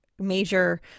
major